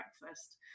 breakfast